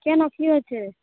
কেন কি হয়েছে